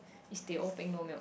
is teh O beng no milk